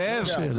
זאב,